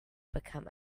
become